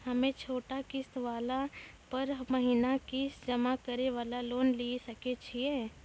हम्मय छोटा किस्त वाला पर महीना किस्त जमा करे वाला लोन लिये सकय छियै?